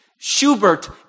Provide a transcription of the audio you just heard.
Schubert